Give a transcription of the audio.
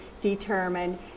determined